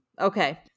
Okay